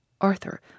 Arthur